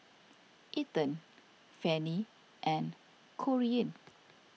Ethen Fannie and Corean